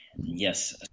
Yes